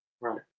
Right